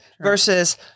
Versus